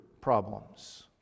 problems